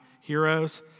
heroes